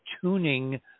tuning